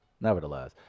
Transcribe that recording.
Nevertheless